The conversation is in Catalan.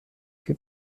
que